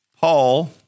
Paul